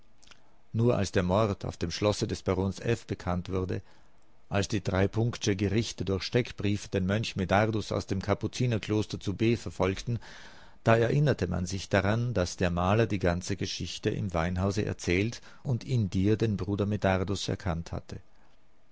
nur als der mord auf dem schlosse des barons f bekannt wurde als die sche gerichte durch steckbriefe den mönch medardus aus dem kapuzinerkloster zu b verfolgten da erinnerte man sich daran daß der maler die ganze geschichte im weinhause erzählt und in dir den bruder medardus erkannt hatte